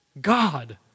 God